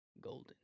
golden